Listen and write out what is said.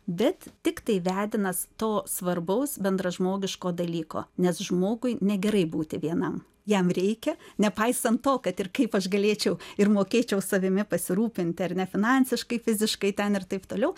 bet tiktai vedinas to svarbaus bendražmogiško dalyko nes žmogui negerai būti vienam jam reikia nepaisant to kad ir kaip aš galėčiau ir mokėčiau savimi pasirūpinti ar ne finansiškai fiziškai ten ir taip toliau